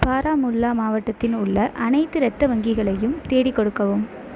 பாராமுல்லா மாவட்டத்தில் உள்ள அனைத்து இரத்த வங்கிகளையும் தேடிக் கொடுக்கவும்